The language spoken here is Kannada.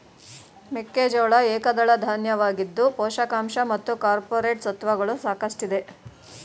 ಮೆಕ್ಕೆಜೋಳ ಏಕದಳ ಧಾನ್ಯವಾಗಿದ್ದು ಪೋಷಕಾಂಶ ಮತ್ತು ಕಾರ್ಪೋರೇಟ್ ಸತ್ವಗಳು ಸಾಕಷ್ಟಿದೆ